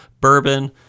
Bourbon